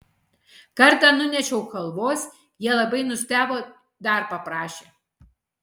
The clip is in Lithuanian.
kartą nunešiau chalvos jie labai nustebo dar paprašė